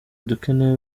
dukeneye